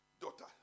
daughter